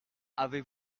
avez